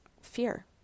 fear